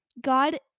God